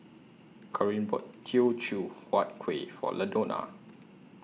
Corene bought Teochew Huat Kuih For Ladonna